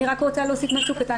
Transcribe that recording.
אני רק רוצה להוסיף משהו קטן,